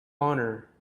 honor